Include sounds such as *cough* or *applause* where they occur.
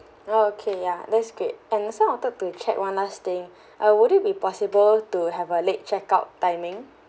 okay ya that's great and also I wanted to check one last thing *breath* uh would it be possible to have a late check out timing